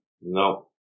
No